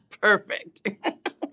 Perfect